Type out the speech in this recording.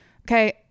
Okay